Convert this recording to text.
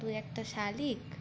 দু একটা শালিক